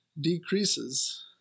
decreases